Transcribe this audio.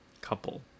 couple